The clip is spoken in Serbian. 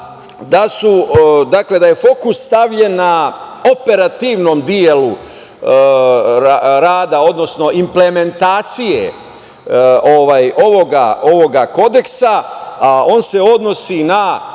da je fokus stavljen na operativnom delu rada, odnosno implementacije ovog Kodeksa. On se odnosi na